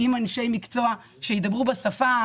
עם אנשי מקצוע שידברו בשפה,